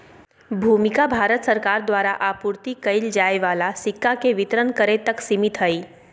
भूमिका भारत सरकार द्वारा आपूर्ति कइल जाय वाला सिक्का के वितरण करे तक सिमित हइ